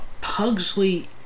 Pugsley